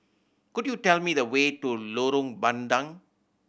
could you tell me the way to Lorong Bandang